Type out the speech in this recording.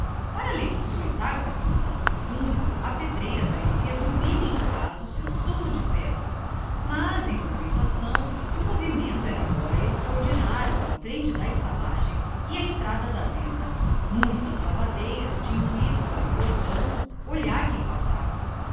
para além do solitário capinzal do fundo a pedreira parecia dormir em paz o seu sono de pedra mas em compensação o movimento era agora extraordinário à frente da estalagem e à entrada da venda muitas lavadeiras tinham ido para o portão olhar quem passava